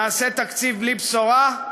נעשה תקציב בלי בשורה.